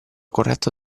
corretto